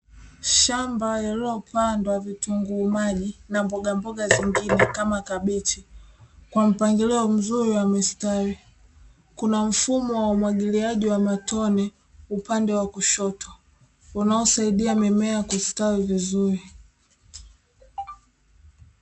Shamba lililopandwa vitunguu maji na mbogamboga zingine kama kabichi kwa mpangilio mzuri wa mistari, kuna mfumo wa umwagiliaji wa matone upande wa kushoto unaosaidia mimea kustawi vizuri.